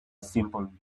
simple